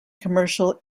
commercial